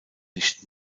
nicht